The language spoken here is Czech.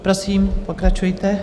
Prosím, pokračujte.